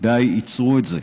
די, עצרו את זה.